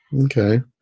okay